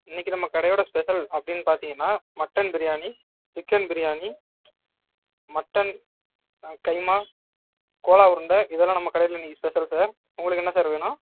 இன்னக்கு நம்ம கடையோடய ஸ்பெஷல் அப்படின்னு பார்த்தீங்கனா mutton biryani chicken biryani mutton keema கோலா உருண்டை இதெல்லாம் நம்ம கடையில் இன்னக்கு ஸ்பெஷல் சார் உங்களுக்கு என்ன சார் வேணும்